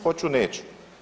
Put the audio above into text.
Hoću neću.